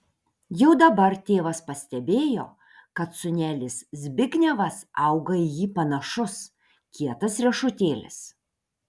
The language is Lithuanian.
jau dabar tėvas pastebėjo kad sūnelis zbignevas auga į jį panašus kietas riešutėlis